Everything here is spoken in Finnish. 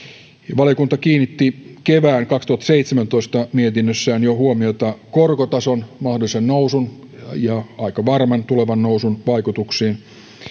valiokunta kiinnitti jo kevään kaksituhattaseitsemäntoista mietinnössään huomiota korkotason mahdollisen nousun ja aika varman tulevan nousun vaikutuksiin